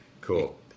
Cool